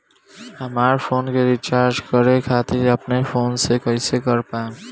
हमार फोन के रीचार्ज करे खातिर अपने फोन से कैसे कर पाएम?